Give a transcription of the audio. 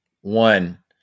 One